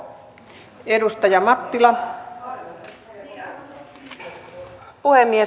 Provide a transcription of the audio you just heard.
arvoisa puhemies